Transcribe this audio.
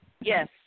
Yes